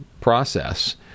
process